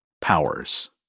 powers